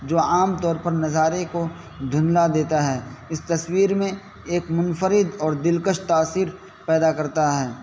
جو عام طور پر نظارے کو دھندلا دیتا ہے اس تصویر میں ایک منفرد اور دلکش تاثیر پیدا کرتا ہے